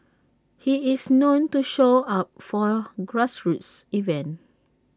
he is known to show up for grassroots event